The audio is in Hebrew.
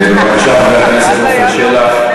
בבקשה, חבר הכנסת עפר שלח,